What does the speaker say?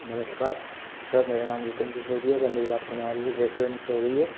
नमस्कार सर मेरा नाम रूपेन्द्र सिसोदिया क्या मेरी बात कुनाल रेस्टोरेंट से हो रही है